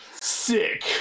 Sick